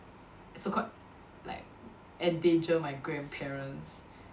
so called like endanger my grandparents